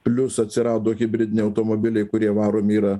plius atsirado hibridiniai automobiliai kurie varomi yra